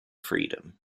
freedom